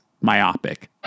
Myopic